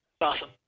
Awesome